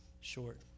short